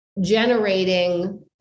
generating